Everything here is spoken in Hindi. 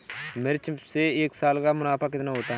मिर्च से एक साल का मुनाफा कितना होता है?